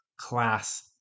class